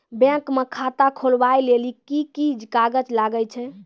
Bank म खाता खोलवाय लेली की की कागज लागै छै?